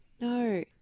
no